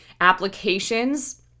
applications